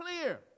clear